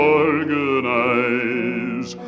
organize